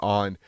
on